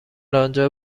انجا